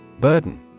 Burden